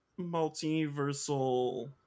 multiversal